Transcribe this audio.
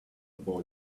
boy